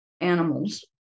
animals